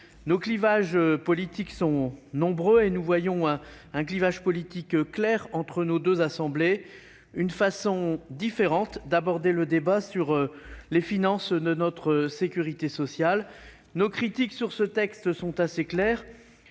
Nos divergences politiques sont nombreuses et nous voyons un clivage clair entre nos deux assemblées : une façon différente d'aborder le débat sur les finances de notre sécurité sociale. Nos critiques sur ce texte sont, elles